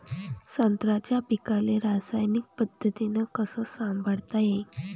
संत्र्याच्या पीकाले रासायनिक पद्धतीनं कस संभाळता येईन?